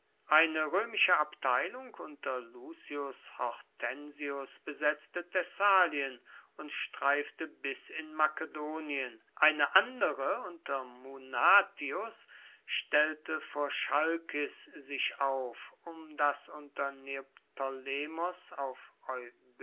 eine römische abteilung unter lucius hortensius besetzte thessalien und streifte bis in makedonien eine andere unter munatius stellte vor chalkis sich auf um das unter neoptolemos auf